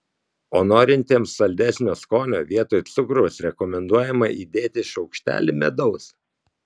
o norintiems saldesnio skonio vietoj cukraus rekomenduojama įdėti šaukštelį medaus